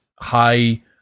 high